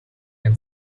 can